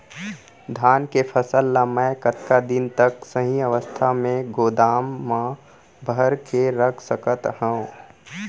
धान के फसल ला मै कतका दिन तक सही अवस्था में गोदाम मा भर के रख सकत हव?